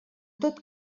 tot